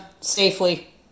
Safely